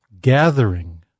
Gathering